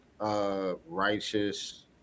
righteous